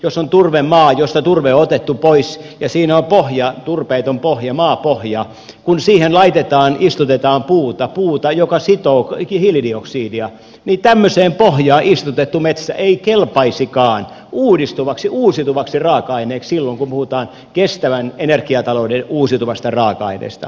jos on turvemaa josta turve on otettu pois ja siinä on pohja turpeeton pohja maapohja niin kun siihen laitetaan istutetaan puuta joka sitoo hiilidioksidia niin tämmöiseen pohjaan istutettu metsä ei kelpaisikaan uusiutuvaksi raaka aineeksi silloin kun puhutaan kestävän energiatalouden uusiutuvasta raaka aineesta